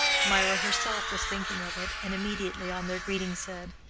mirah herself was thinking of it, and immediately on their greeting said,